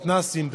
מתנ"סים,